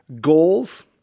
Goals